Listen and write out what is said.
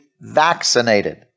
vaccinated